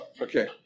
okay